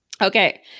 Okay